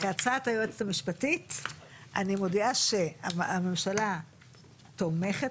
בהצעת היועצת המשפטית אני מודיעה שהממשלה תומכת